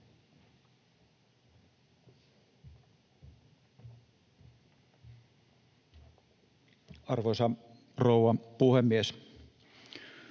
Arvoisa rouva puhemies!